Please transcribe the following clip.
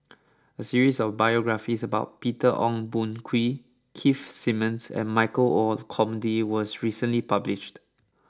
a series of biographies about Peter Ong Boon Kwee Keith Simmons and Michael Olcomendy was recently published